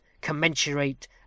commensurate